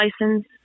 license